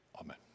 Amen